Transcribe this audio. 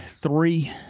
three